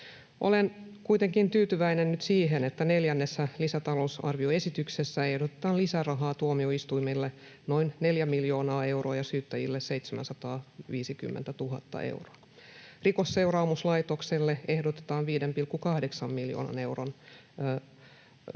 Olen kuitenkin tyytyväinen nyt siihen, että neljännessä lisätalousarvioesityksessä ehdotetaan lisärahaa tuomioistuimille noin 4 miljoonaa euroa ja syyttäjille 750 000 euroa. Rikosseuraamuslaitokselle ehdotetaan 5,8 miljoonan euron korotusta.